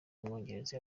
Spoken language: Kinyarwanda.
w’umwongereza